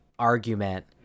argument